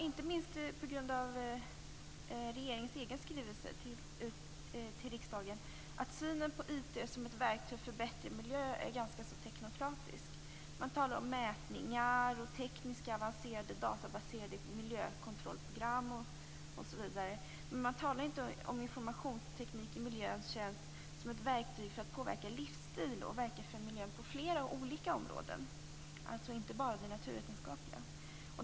Inte minst på grund av regeringens egen skrivelse till riksdagen noterar vi att synen på IT som ett verktyg för bättre miljö är ganska så teknokratisk. Man talar om mätningar, om tekniskt avancerade databaserade miljökontrollprogram osv. Men man talar inte om informationsteknik i miljöns tjänst som ett verktyg för att påverka livsstil och verka för miljön på flera olika områden, alltså inte bara det naturvetenskapliga.